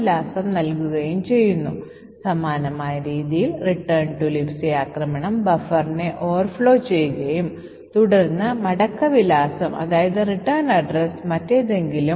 ഇപ്പോൾ സ്കാൻ ഫംഗ്ഷനിൽ നമ്മൾ 22 ബൈറ്റുകളുടെ ഒരു ലോക്കൽ ബഫർ ഡിക്ലയർ ചെയ്യുന്നു ഇത് ഒരു ലോക്കൽ വേരിയബിൾ ആയതിനാൽ ഈ അറേ സ്റ്റാക്കിൽ അനുവദിച്ചിരിക്കുന്നു